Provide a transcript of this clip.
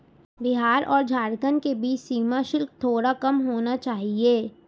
बिहार और झारखंड के बीच सीमा शुल्क थोड़ा कम होना चाहिए